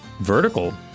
Vertical